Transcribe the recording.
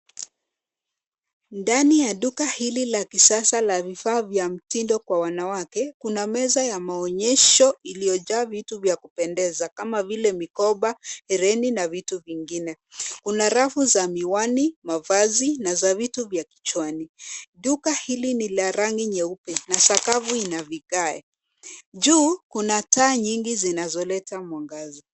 Ndani ya duka hili la kisasa la vifaa vya mtindo kwa wanawake, kuna meza ya maonyesho iliyojaa vitu vya kupendeza kama vile mikoba, mireni na vitu vingine. Kuna rafu za miwani, mavazi na za vitu vya kichwani. Duka hili ni la rangi nyeupe na sakafu ina vigae. Juu kuna taa nyingi zinazoleta mwangaza.